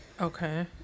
Okay